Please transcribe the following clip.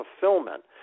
fulfillment